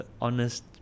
honest